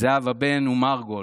זהבה בן ומרגול,